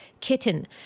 kitten